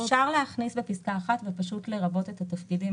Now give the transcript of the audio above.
אפשר לכתוב בפסקה (1) ופשוט לרבות את התפקידים.